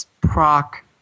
proc